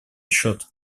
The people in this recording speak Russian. счет